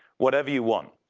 whatever you want.